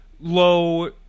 low